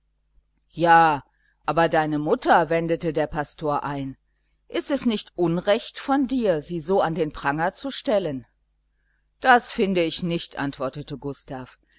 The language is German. ja aber deine mutter wendete der pastor ein ist es nicht unrecht von dir sie so an den pranger zu stellen das finde ich nicht antwortete gustav